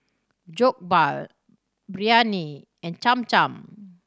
Jokbal Biryani and Cham Cham